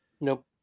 Nope